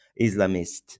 Islamist